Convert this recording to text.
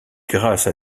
grâce